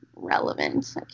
relevant